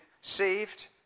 saved